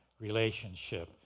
relationship